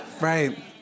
right